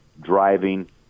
driving